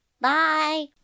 Bye